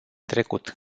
trecut